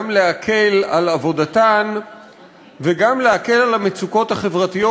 גם להקל על עבודתן וגם להקל על המצוקות החברתיות